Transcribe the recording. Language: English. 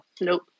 nope